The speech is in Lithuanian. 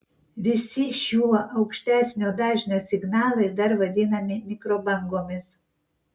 visi šiuo aukštesnio dažnio signalai dar vadinami mikrobangomis